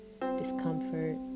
discomfort